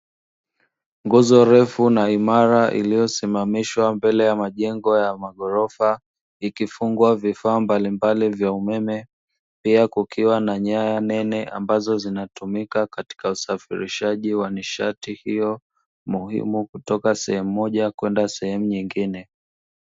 Nguzo refu na imara iliyosimamishwa mbele ya majengo ya ghorofa ikifungwa vifaa mbalimbali vya umeme, pia kikuwa na nyaya nene zinazotumika katika usafirishaji wa nishati hiyo muhimu kutoka sehemu moja kwenda sehemu nyingine.